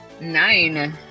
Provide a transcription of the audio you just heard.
nine